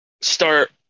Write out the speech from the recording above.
start